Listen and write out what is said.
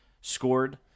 scored